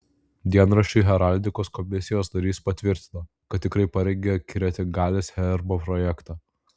dienraščiui heraldikos komisijos narys patvirtino kad tikrai parengė kretingalės herbo projektą